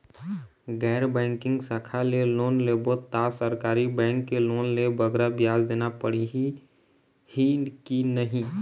गैर बैंकिंग शाखा ले लोन लेबो ता सरकारी बैंक के लोन ले बगरा ब्याज देना पड़ही ही कि नहीं?